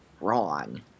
wrong